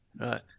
right